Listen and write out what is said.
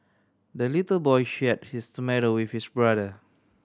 the little boy share his tomato with his brother